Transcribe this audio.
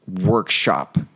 workshop